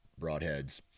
broadheads